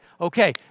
okay